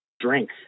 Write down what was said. drink